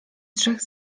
trzech